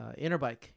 Interbike